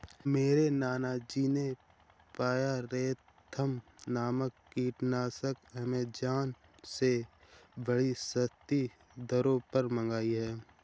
मेरे नाना जी ने पायरेथ्रम नामक कीटनाशक एमेजॉन से बड़ी सस्ती दरों पर मंगाई है